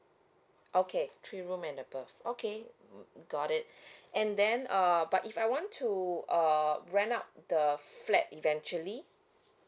okay three room and above okay got it and then uh but if I want to err rent out the flat eventually